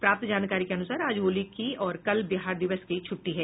प्राप्त जानकारी के अनुसार आज होली की और कल बिहार दिवस की छुट्टी है